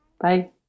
bye